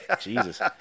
Jesus